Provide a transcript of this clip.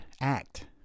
act